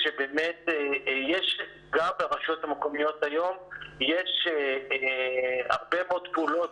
יש גם ברשויות המקומיות היום הרבה מאוד פעולות,